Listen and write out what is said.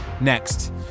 next